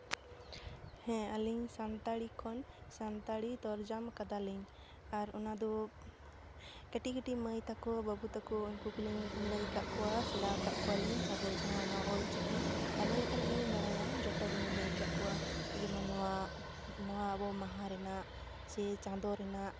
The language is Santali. ᱦᱮᱸ ᱟᱹᱞᱤᱧ ᱥᱟᱱᱛᱟᱲᱤ ᱠᱷᱚᱱ ᱥᱟᱱᱛᱟᱲᱤ ᱛᱚᱨᱡᱟᱢ ᱠᱟᱫᱟᱞᱤᱧ ᱟᱨ ᱚᱱᱟᱫᱚ ᱠᱟᱹᱴᱤᱡ ᱠᱟᱹᱴᱤᱡ ᱢᱟᱹᱭ ᱛᱟᱠᱚ ᱵᱟᱹᱵᱩ ᱛᱟᱠᱚ ᱩᱱᱠᱩ ᱠᱚᱞᱤᱧ ᱞᱟᱹᱭᱠᱟᱫ ᱠᱚᱣᱟ ᱥᱮᱲᱟᱣ ᱟᱠᱟᱫ ᱠᱚᱣᱟᱞᱤᱧ ᱟᱵᱚ ᱡᱟᱦᱟᱸ ᱱᱚᱣᱟ ᱚᱞ ᱪᱤᱠᱤ ᱟᱭᱢᱟ ᱞᱮᱠᱟᱱᱟᱜ ᱜᱮᱞᱤᱧ ᱵᱟᱲᱟᱭᱟ ᱡᱚᱛᱚ ᱜᱮᱞᱤᱧ ᱞᱟᱹᱭ ᱟᱠᱟᱫ ᱠᱚᱣᱟ ᱡᱮᱢᱚᱱ ᱱᱚᱣᱟ ᱱᱚᱣᱟ ᱟᱵᱚ ᱢᱟᱦᱟ ᱨᱮᱱᱟᱜ ᱥᱮ ᱪᱟᱸᱫᱚ ᱨᱮᱱᱟᱜ